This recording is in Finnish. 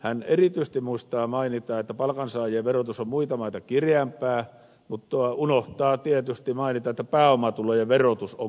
hän erityisesti muistaa mainita että palkansaajien verotus on muita maita kireämpää mutta unohtaa tietysti mainita että pääomatulojen verotus on keveää